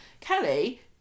Kelly